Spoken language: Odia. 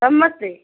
ସମସ୍ତେ